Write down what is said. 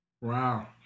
Wow